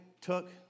took